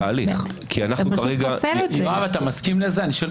יואב, אתה מסכים לזה?